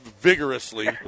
vigorously